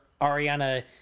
Ariana